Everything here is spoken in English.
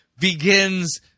begins